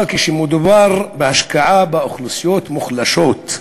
אבל כשמדובר בהשקעה באוכלוסיות מוחלשות,